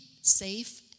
safe